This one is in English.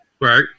Right